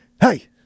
Hey